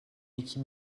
équipe